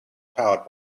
powered